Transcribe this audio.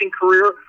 career